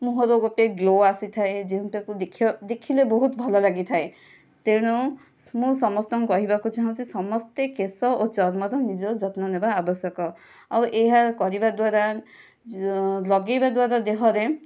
ମୁହଁର ଗୋଟିଏ ଗ୍ଲୋ ଆସିଥାଏ ଯେଉଁଟାକୁ ଦେଖିବା ଦେଖିଲେ ବହୁତ ଭଲ ଲାଗିଥାଏ ତେଣୁ ମୁଁ ସମସ୍ତଙ୍କୁ କହିବାକୁ ଚାହୁଁଛି ସମସ୍ତେ କେଶ ଓ ଚର୍ମର ନିଜର ଯତ୍ନ ନେବା ଆବଶ୍ୟକ ଆଉ ଏହା କରିବା ଦ୍ୱାରା ଲଗାଇବା ଦ୍ୱାରା ଦେହରେ